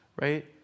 right